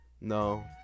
No